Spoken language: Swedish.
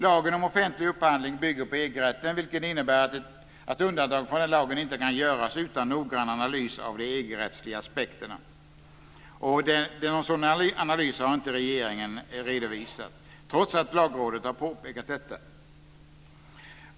Lagen om offentlig upphandling bygger på EG-rätten, vilket innebär att undantag från den lagen inte kan göras utan noggrann analys av de EG-rättsliga aspekterna. Någon sådan analys har inte regeringen redovisat, trots att Lagrådet har påpekat detta.